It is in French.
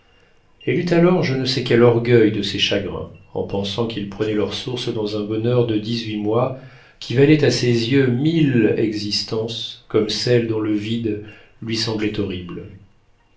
elle eut alors je ne sais quel orgueil de ses chagrins en pensant qu'ils prenaient leur source dans un bonheur de dix-huit mois qui valait à ses yeux mille existences comme celle dont le vide lui semblait horrible